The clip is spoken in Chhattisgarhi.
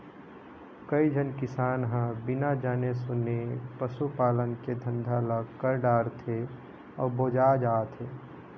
कइझन किसान ह बिना जाने सूने पसू पालन के धंधा ल कर डारथे अउ बोजा जाथे